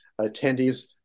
attendees